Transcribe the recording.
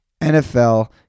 NFL